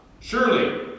Surely